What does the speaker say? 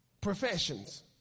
professions